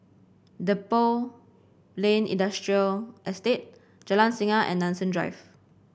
Depot Lane Industrial Estate Jalan Singa and Nanson Drive